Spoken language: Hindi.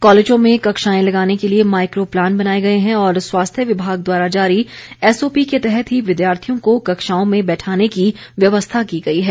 कालेजों में कक्षाएं लगाने के लिए माइको प्लान बनाए गए हैं और स्वास्थ्य विभाग द्वारा जारी एसओपी के तहत ही विद्यार्थियों को कक्षाओं में बैठाने की व्यवस्था की गई है